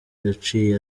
yaciye